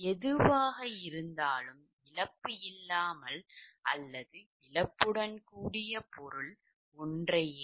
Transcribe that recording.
எதுவாக இருந்தாலும் இழப்பு இல்லாமல் அல்லது இழப்புடன் கூடிய பொருள் ஒன்றே